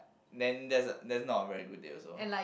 then that's that's not a very good day also